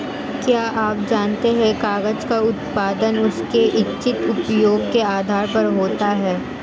क्या आप जानते है कागज़ का उत्पादन उसके इच्छित उपयोग के आधार पर होता है?